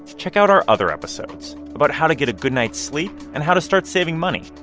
check out our other episodes about how to get a good night's sleep and how to start saving money.